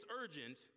urgent